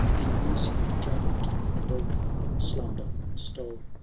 in musing drown'da a broken slumber stole.